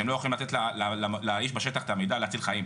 שהם לא יכולים לתת לאיש בשטח את המידע להציל חיים,